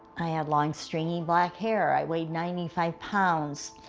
i had long stringy black hair, i weighed ninety five pounds,